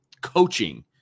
coaching